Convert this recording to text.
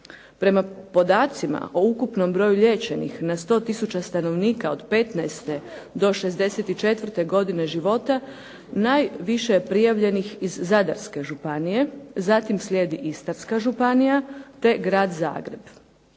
Prema podacima o ukupnom broju liječenih na 100 tisuća stanovnika od 15. do 64. godine života najviše je prijavljenih iz Zadarske Županije, zatim slijedi Istarska županija te Grad Zagreb.